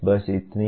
बस इतना ही